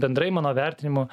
bendrai mano vertinimu